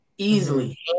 Easily